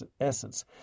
essence